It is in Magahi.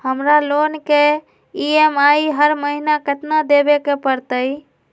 हमरा लोन के ई.एम.आई हर महिना केतना देबे के परतई?